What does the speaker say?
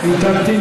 היא תמתין